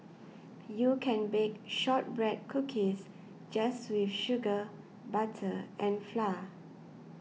you can bake Shortbread Cookies just with sugar butter and flour